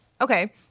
Okay